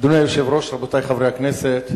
אדוני היושב-ראש, רבותי חברי הכנסת,